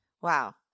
Wow